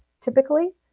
typically